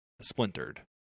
splintered